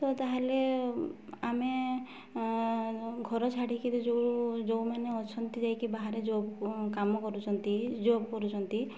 ତ ତା'ହେଲେ ଆମେ ଘର ଛାଡ଼ି କରି ଯେଉଁ ଯେଉଁମାନେ ଅଛନ୍ତି ଯାଇକି ବାହାରେ କାମ କରୁଛନ୍ତି ଜବ୍ କରୁଛନ୍ତି